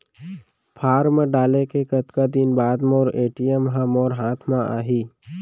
Form डाले के कतका दिन बाद मोर ए.टी.एम ह मोर हाथ म आही?